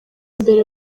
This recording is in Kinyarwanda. mbere